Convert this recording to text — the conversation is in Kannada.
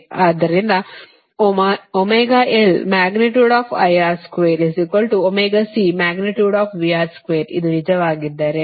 ಆದ್ದರಿಂದ ಅದು ನಿಜವಾಗಿದ್ದರೆ